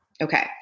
Okay